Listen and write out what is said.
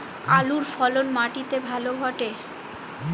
আলুর ফলন মাটি তে ভালো ঘটে?